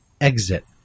Exit